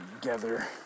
together